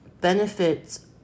benefits